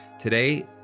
today